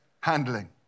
handling